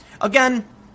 Again